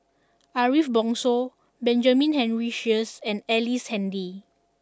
Ariff Bongso Benjamin Henry Sheares and Ellice Handy